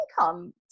income